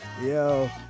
Yo